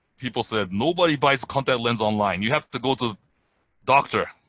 people said nobody buys contact lens online. you have to go to doctor